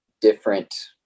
different